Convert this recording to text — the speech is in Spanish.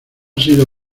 sido